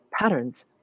patterns